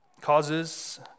causes